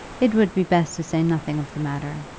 it would be best to say nothing of the matter,